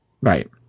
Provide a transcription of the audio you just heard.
Right